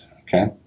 okay